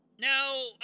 Now